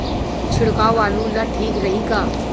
छिड़काव आलू ला ठीक रही का?